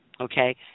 Okay